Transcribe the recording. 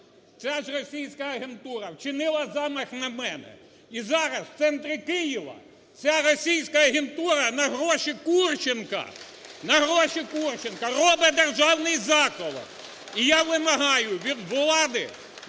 ця ж російська агентура вчинила замах на мене. І зараз в центрі Києва ця російська агентура на гроші Курченка, на гроші Курченка робить державний заколот! І я вимагаю від влади,